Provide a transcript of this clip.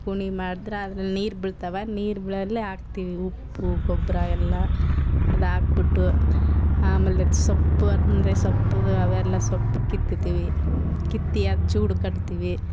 ಕುಣಿ ಮಾಡಿದ್ರೆ ಅದ್ರಲ್ಲಿ ನೀರು ಬೀಳ್ತಾವೆ ನೀರು ಬೀಳಲ್ಲೇ ಹಾಕ್ತೀವಿ ಉಪ್ಪು ಗೊಬ್ಬರ ಎಲ್ಲ ಅದು ಹಾಕ್ಬುಟ್ಟು ಆಮೇಲೆ ಸೊಪ್ಪು ಅಂದರೆ ಸೊಪ್ಪು ಅವೆಲ್ಲ ಸೊಪ್ಪು ಕೀಳ್ತೀವಿ ಕಿತ್ತು ಅದು ಚೂಡ್ ಕಟ್ತೀವಿ